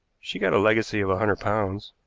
she got a legacy of a hundred pounds.